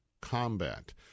combat